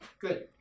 Good